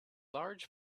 large